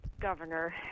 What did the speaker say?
governor